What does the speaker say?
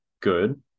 good